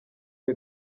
iyo